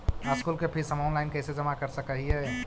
School के fees हम online कैसे जमा कर सक हिय?